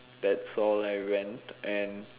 that's all I went and